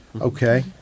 Okay